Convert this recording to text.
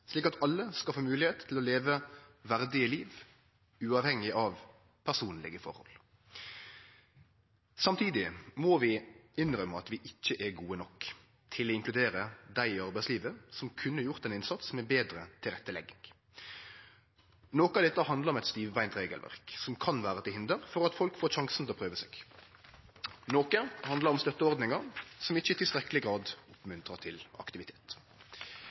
slik at alle skal få moglegheit til å leve verdige liv uavhengig av personlege forhold. Samtidig må vi innrømme at vi ikkje er gode nok til å inkludere dei i arbeidslivet som kunne gjort ein innsats med betre tilrettelegging. Noko av dette handlar om eit stivbeint regelverk, som kan vere til hinder for at folk får sjansen til å prøve seg. Noko handlar om støtteordningar, som ikkje i tilstrekkeleg grad oppmuntrar til aktivitet.